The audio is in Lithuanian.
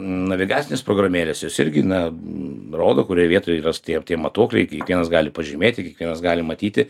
navigacinės programėlės jos irgi na rodo kurioj vietoj yra s tie tie matuokliai kiekvienas gali pažymėti kiekvienas gali matyti